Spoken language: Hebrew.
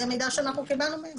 זה מידע שאנחנו קיבלנו מהם.